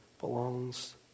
belongs